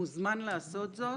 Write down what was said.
מוזמן לעשות זאת.